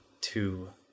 two